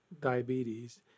diabetes